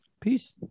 peace